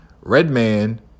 Redman